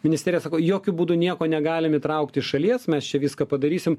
ministerija sako jokiu būdu nieko negalim įtraukt iš šalies mes čia viską padarysim